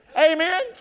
Amen